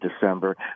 December